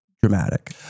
dramatic